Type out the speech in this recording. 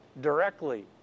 directly